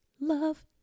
love